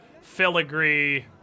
filigree